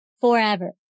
forever